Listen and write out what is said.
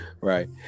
Right